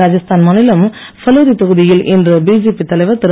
ராஜஸ்தான் மாநிலம் ஃபலோதி தொகுதியில் இன்று பிஜேபி தலைவர் திரு